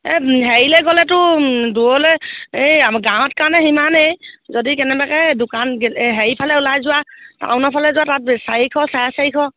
এই হেৰিলে গ'লেতো দূৰলৈ এই গাঁৱত কাৰণে সিমানেই যদি কেনেবাকৈ দোকান হেৰিফালে ওলাই যোৱা টাউনৰ ফালে যোৱা তাত বে চাৰিশ চাৰে চাৰিশ